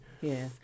Yes